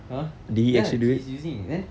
!huh! ya he's using it then